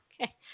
Okay